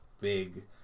big